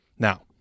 Now